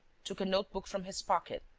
took a note-book from his pocket,